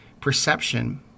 perception